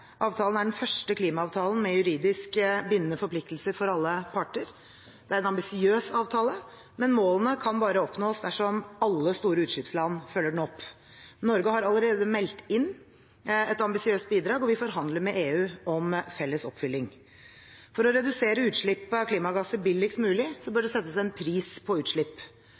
Avtalen er den første klimaavtalen med juridisk bindende forpliktelser for alle parter. Det er en ambisiøs avtale, men målene kan bare oppnås dersom alle store utslippsland følger den opp. Norge har allerede meldt inn et ambisiøst bidrag, og vi forhandler med EU om felles oppfylling. For å redusere utslipp av klimagasser billigst mulig bør det settes en pris på utslipp.